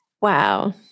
Wow